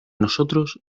nosotros